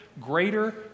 greater